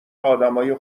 آدمای